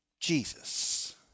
Jesus